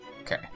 Okay